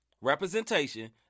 representation